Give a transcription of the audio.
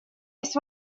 есть